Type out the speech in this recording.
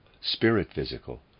spirit-physical